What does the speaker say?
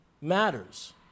matters